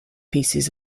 pieces